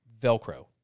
Velcro